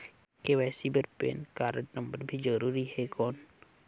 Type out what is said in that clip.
KYC बर PAN card number भी जरूरी हे कौन?